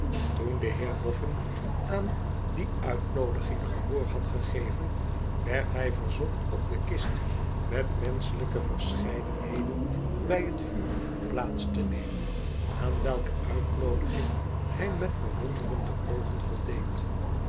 de heer boffin aan die uitnoodiging gehoor had gegeven werd hij verzocht op de kist met roenscbelijke verscheidenheden bij het vuur plaats te nemen aan welke uitnoodiging hij met bewonderende oogen voldeed